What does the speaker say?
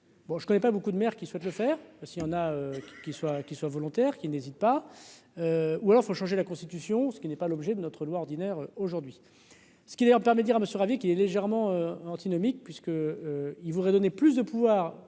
Bon, je ne connais pas beaucoup de maires qui souhaitent le faire s'il y en a qui qui soit, qui soit volontaire, qui n'hésite pas, ou alors il faut changer la Constitution, ce qui n'est pas l'objet de notre loi ordinaire aujourd'hui ce qui leur permet, dire monsieur ravi qu'il ait légèrement antinomiques puisque il voudrait donner plus de pouvoir